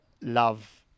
love